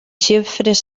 xifres